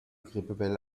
grippewelle